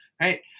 Right